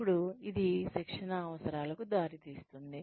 ఇప్పుడు ఇది శిక్షణ అవసరాలకు దారితీస్తుంది